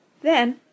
Then